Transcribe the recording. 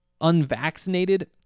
unvaccinated